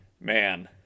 Man